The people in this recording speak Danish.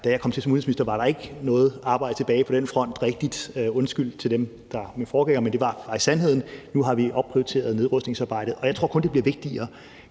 Da jeg kom til som udenrigsminister, var der ikke rigtig noget arbejde tilbage på den front, undskyld til dem, der er mine forgængere, men det var sandheden, og nu har vi opprioriteret nedrustningsarbejdet, og jeg tror kun, det bliver vigtigere.